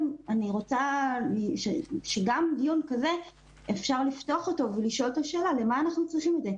אני חושבת שבדיון כזה גם אפשר לפתוח את השאלה למה אנחנו צריכים חוק כזה,